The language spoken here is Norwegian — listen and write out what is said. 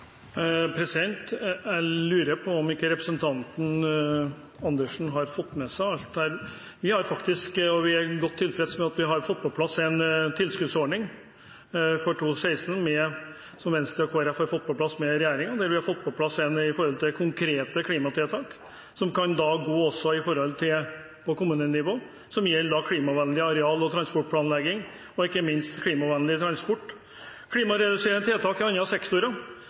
Jeg lurer på om representanten Andersen ikke har fått med seg alt her. Vi er godt tilfreds med at vi har fått på plass en tilskuddsordning for 2016, en ordning som Venstre og Kristelig Folkeparti har fått på plass sammen med regjeringspartiene. Vi har fått på plass konkrete klimatiltak, som også kan være på kommunenivå, som gjelder klimavennlig areal- og transportplanlegging og ikke minst klimavennlig transport, klimareduserende tiltak i andre sektorer